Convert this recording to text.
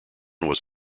was